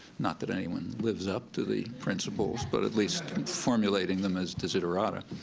not that anyone lives up to the principles but at least formulating them as desiderata.